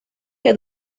que